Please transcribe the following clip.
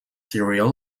serial